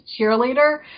cheerleader